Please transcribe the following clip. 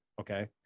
okay